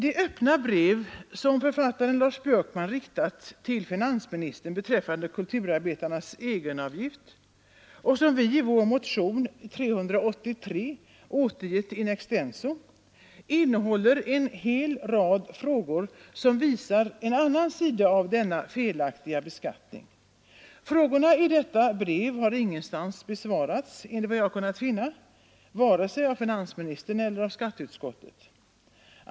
Det öppna brev som författaren Lars Björkman riktat till finansministern beträffande kulturarbetarnas egenavgift och som vi i vår motion nr 383 återgett in extenso innehåller en hel del frågor som visar på en sida av denna felaktiga beskattning. Frågorna i detta brev har ingenstans besvarats enligt vad jag kunnat finna — varken av finansministern eller av skatteutskottet.